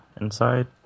inside